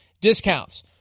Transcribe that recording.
discounts